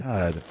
God